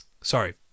sorry